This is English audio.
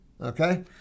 okay